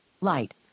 Light